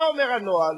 מה אומר הנוהל?